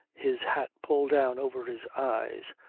his hat pulled down over his eyes,